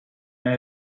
may